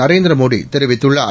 நரேந்திரமோடிதெரிவித்துள்ளார்